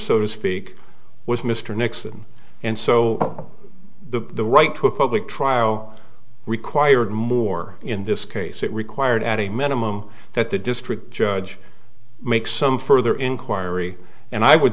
so to speak was mr nixon and so the right to a public trial required more in this case it required at a minimum that the district judge make some further inquiry and i would